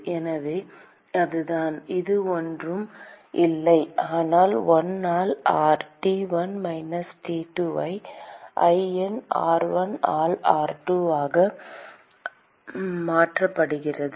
எனவே அது தான் அது ஒன்றும் இல்லை ஆனால் 1 ஆல் r T1 மைனஸ் T2 ஐ ln r1 ஆல் r2 ஆக மாற்றுகிறது